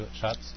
shots